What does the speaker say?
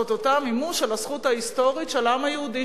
זה אותו מימוש של הזכות ההיסטורית של העם היהודי,